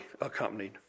accompanied